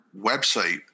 website –